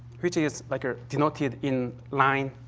which is, like, ah denoted in line,